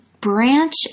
branch